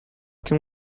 can